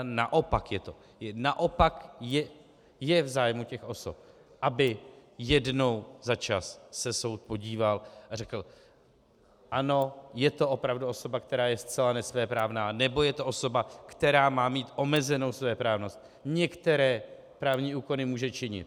Naopak je v zájmu těch osob, aby jednou za čas se soud podíval a řekl: je to opravdu osoba, která je zcela nesvéprávná, nebo je to osoba, která má mít omezenou svéprávnost, některé právní úkony může činit.